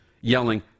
yelling